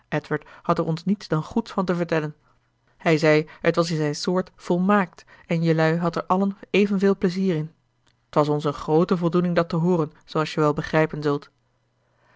had er ons niets dan goeds van te vertellen hij zei het was in zijn soort volmaakt en jelui hadt er allen evenveel pleizier in t was ons een groote voldoening dat te hooren zooals je wel begrijpen zult